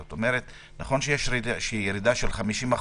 זאת אומרת, נכון שיש ירידה של 50%,